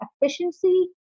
efficiency